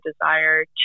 desire